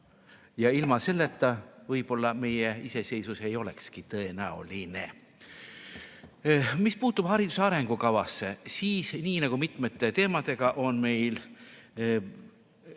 Ilma selleta võib-olla meie iseseisvus ei olekski tõenäoline. Mis puutub hariduse arengukavasse, siis nii nagu mitmetel teemadel on ka